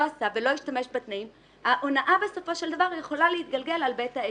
עשה ולא השתמש בתנאים ההונאה בסופו של דבר יכולה להתגלגל על בית העסק.